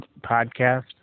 podcast